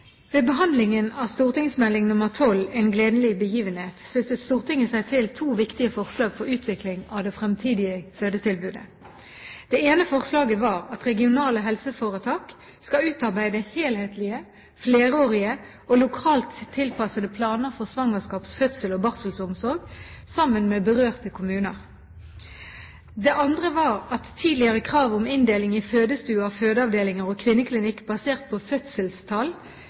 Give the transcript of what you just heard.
Ved behandlingen av St.meld. nr 12 for 2008–2009 En gledelig begivenhet sluttet Stortinget seg til to viktige forslag for utvikling av det fremtidige fødetilbudet. Det ene forslaget var at regionale helseforetak skal utarbeide helhetlige, flerårige og lokalt tilpassede planer for svangerskaps-, fødsels- og barselomsorg – sammen med berørte kommuner. Det andre var at tidligere krav om inndeling i fødestuer, fødeavdelinger og kvinneklinikk basert på fødselstall